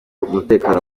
umutekano